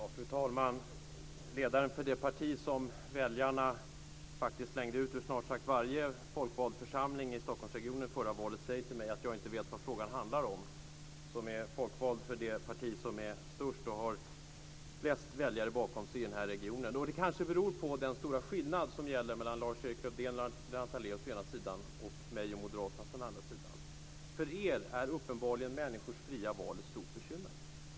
Fru talman! Ledaren för det parti som väljarna faktiskt slängde ut ur snart sagt varje folkvald församling i Stockholmsregionen i förra valet säger till mig, som är folkvald i det parti som är störst och har flest väljare bakom sig i den här regionen, att jag inte vet vad frågan handlar om. Det kanske beror på den stora skillnad som är mellan Lars-Erik Lövdén och Lennart Daléus å ena sidan och mig och Moderaterna å andra sidan. För er är uppenbarligen människors fria val ett stort bekymmer.